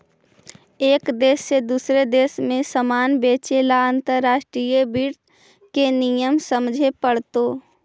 एक देश से दूसरे देश में सामान बेचे ला अंतर्राष्ट्रीय वित्त के नियम समझे पड़तो